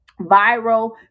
viral